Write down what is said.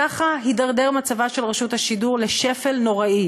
ככה התדרדר מצבה של רשות השידור לשפל נוראי